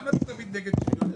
למה אתה תמיד נגד שוויון?